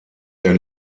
der